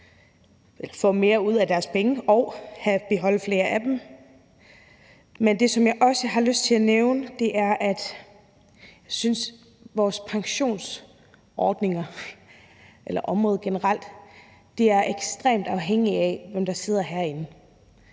få mere ud af deres penge og beholde flere af dem. Men det, som jeg også har lyst til at nævne, er, at jeg synes, vores pensionsordninger eller området generelt er ekstremt afhængigt af, hvem der sidder herinde.